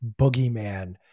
boogeyman